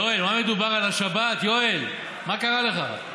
יואל, מדובר על השבת, יואל, מה קרה לך?